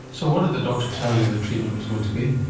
so what did the doctor tell you the treatment was going to be?